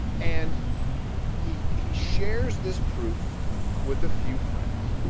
and he he shares this proof with a few friends,